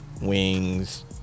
Wings